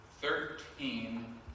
Thirteen